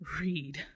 read